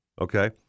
okay